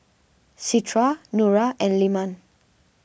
Citra Nura and Leman